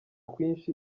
kwinshi